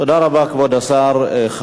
כבוד השר, תודה רבה.